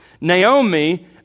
Naomi